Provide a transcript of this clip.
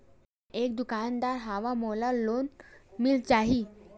मै एक दुकानदार हवय मोला लोन मिल जाही?